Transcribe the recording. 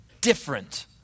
different